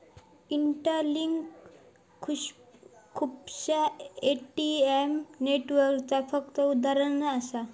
interlink खुपश्या ATM नेटवर्कचा फक्त उदाहरण असा